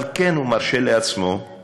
אבל הוא כן מרשה לעצמו את